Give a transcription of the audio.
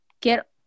get